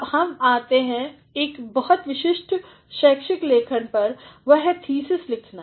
अब हम आते हैं एक बहुत विशिष्ट शैक्षिक लेखन पर वह है थीसिस लिखना